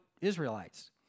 Israelites